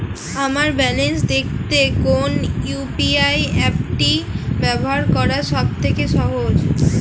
আমার ব্যালান্স দেখতে কোন ইউ.পি.আই অ্যাপটি ব্যবহার করা সব থেকে সহজ?